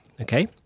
okay